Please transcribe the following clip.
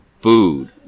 food